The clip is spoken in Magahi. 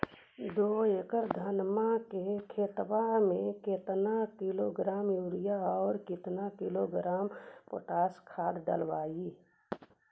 दो एकड़ धनमा के खेतबा में केतना किलोग्राम युरिया और केतना किलोग्राम पोटास खाद डलबई?